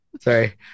Sorry